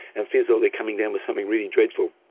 and feels like they're coming down with something really dreadful,